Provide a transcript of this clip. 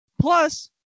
Plus